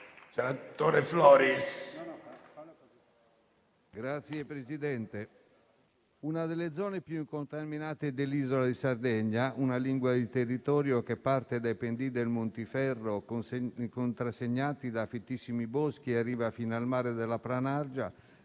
Signor Presidente, una delle zone più incontaminate dell'isola di Sardegna, una lingua di territorio che parte dai pendii del Montiferru, contrassegnati da fittissimi boschi, e arriva fino al mare della Planargia,